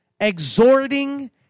exhorting